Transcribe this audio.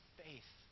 faith